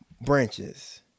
branches